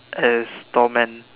as doorman